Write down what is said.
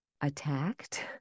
attacked